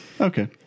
Okay